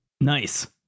Nice